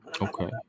okay